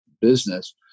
business